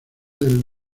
del